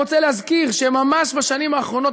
רוצה להזכיר שממש בשנים האחרונות,